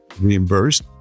reimbursed